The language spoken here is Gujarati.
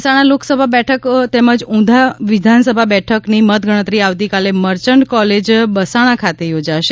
મહેસાણા લોકસભા બેઠક તેમજ ઉંઝા વિધાનસભા બેઠકની મતગણતરી આવતીકાલે મર્ચન્ટ કોલેજ બાસણા ખાતે યોજાશે